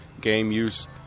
game-use